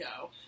go